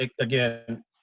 again